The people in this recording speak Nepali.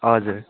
हजुर